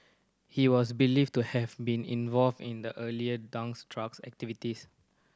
he was believed to have been involved in the earlier duo's drug activities